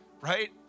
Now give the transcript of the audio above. right